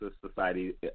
society